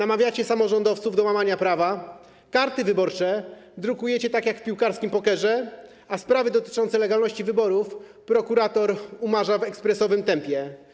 Namawiacie samorządowców do łamania prawa, karty wyborcze drukujecie tak, jak w „Piłkarskim pokerze”, a sprawy dotyczące legalności wyborów prokurator umarza w ekspresowym tempie.